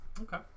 Okay